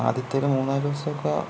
ആദ്യത്തെ ഒരു മൂന്ന് നാല് ദിവസമൊക്കെ